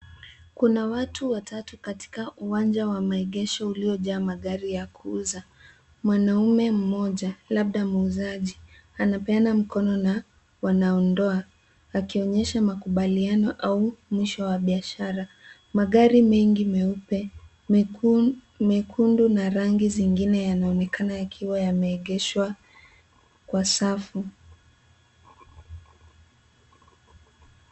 Kuna watu watatu katika uwanja wa maegesho uliojaa magari ya kuuza. Mwanaume mmoja labda muuzaji anapeana mkono na wanandoa wakionyesha makubaliano au mwisho wa biashara. Magari mengi meupe, mekundu na rangi zingine yanaonekana yakiwa yameegeshwa kwa safu.